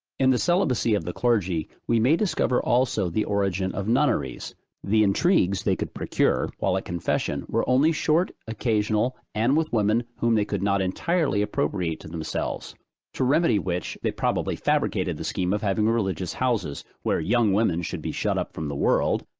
in the celibacy of the clergy, we may discover also the origin of nunneries the intrigues they could procure, while at confession, were only short, occasional, and with women whom they could not entirely appropriate to themselves to remedy which, they probably fabricated the scheme of having religious houses, where young women should be shut up from the world,